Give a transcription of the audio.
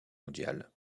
mondiale